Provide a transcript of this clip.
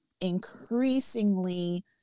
increasingly